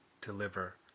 deliver